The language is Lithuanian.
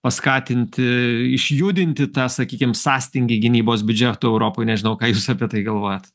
paskatinti išjudinti tą sakykim sąstingį gynybos biudžeto europoj nežinau ką jūs apie tai galvojat